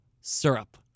syrup